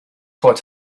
what